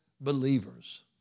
believers